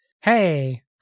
hey